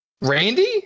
Randy